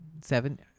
seven